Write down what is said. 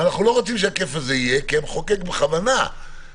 אבל אנחנו לא רוצים את הכיף הזה כי המחוקק בכוונה ביטל